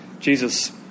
Jesus